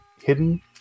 hidden